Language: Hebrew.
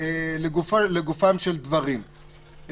לגופם של דברים,